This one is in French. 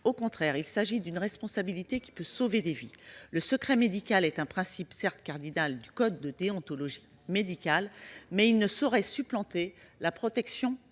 contraire, il s'agit d'une responsabilité qui peut sauver des vies. Le secret médical est certes un principe cardinal du code de déontologie médicale, mais il ne saurait supplanter la protection de